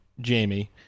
Jamie